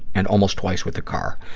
and almost twice with a car.